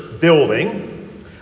building